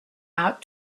out